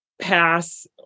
pass